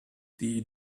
die